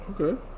Okay